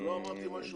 אבל לא אמרתי משהו אחר.